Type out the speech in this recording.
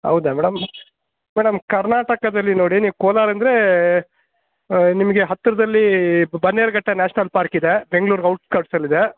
ಹೌದಾ madam madam ಕರ್ನಾಟಕದಲ್ಲಿ ನೋಡಿ ನೀವು ಕೋಲಾರಂದರೆ ನಿಮಗೆ ಹತ್ತಿರದಲ್ಲಿ ಬನ್ನೇರುಘಟ್ಟ ನ್ಯಾಷನಲ್ ಪಾರ್ಕಿದೆ ಬೆಂಗ್ಳೂರ್ಗೆ ಔಟ್ಸ್ಕರ್ಟ್ಸಲ್ಲಿದೆ